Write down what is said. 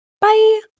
bye